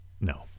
No